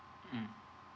mm